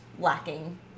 Lacking